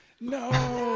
no